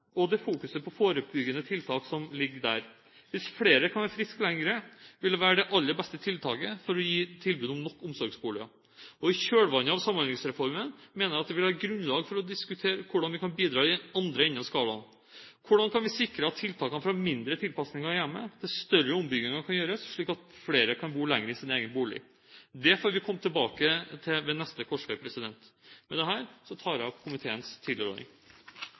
og det fokuset på forebyggende tiltak som ligger der. Hvis flere kan være friskere lenger, vil det være det aller beste tiltaket for å gi tilbud om nok omsorgsboliger. I kjølvannet av Samhandlingsreformen mener jeg det vil være grunnlag for å diskutere hvordan vi kan bidra i den andre enden av skalaen. Hvordan kan vi sikre at tiltakene, fra mindre tilpasninger i hjemmet til større ombygginger, kan gjøres, slik at flere kan bo lenger i sin egen bolig? Det får vi komme til ved neste korsvei. Med dette anbefaler jeg komiteens